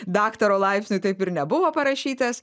daktaro laipsniui taip ir nebuvo parašytas